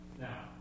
Now